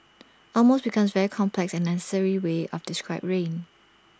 almost becomes very complex and unnecessary way up to describe rain